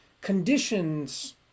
conditions